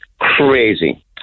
crazy